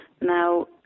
Now